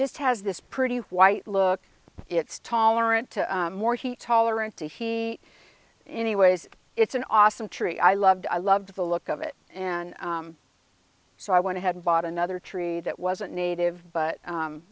just has this pretty white look it's tolerant to more he taller and to he anyways it's an awesome tree i loved i loved the look of it and so i went ahead and bought another tree that wasn't native but